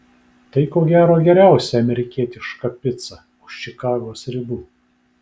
tai ko gero geriausia amerikietiška pica už čikagos ribų